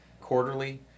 quarterly